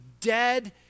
dead